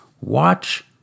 Watch